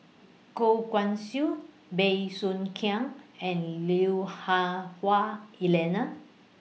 Goh Guan Siew Bey Soo Khiang and Lui Hah Wah Elena